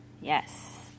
Yes